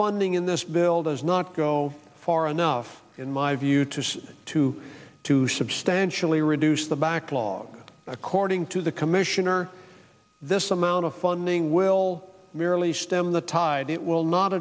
funding in this bill does not go far enough in my view to to to substantially reduce the backlog according to the commissioner this amount of funding will merely stem the tide it will not